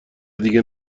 دیگه